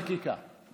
בעת חקיקה.